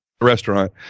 restaurant